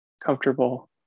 comfortable